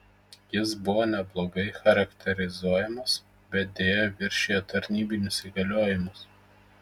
jis buvo neblogai charakterizuojamas bet deja viršijo tarnybinius įgaliojimus